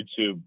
YouTube